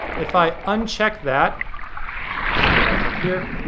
if i uncheck that, let me go back up here,